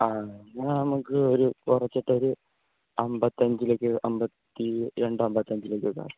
ആ എന്നാല് നമുക്ക് ഒരു കുറച്ചിട്ടൊരു അന്പത്തി അഞ്ചിലേക്ക് അമ്പത്തി രണ്ടോ അമ്പത്തി അഞ്ചിലേക്കൊക്കെ ആക്കാം